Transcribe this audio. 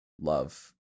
Love